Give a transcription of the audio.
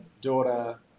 daughter